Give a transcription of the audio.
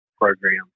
program